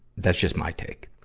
that's just my take.